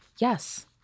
yes